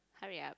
hurry up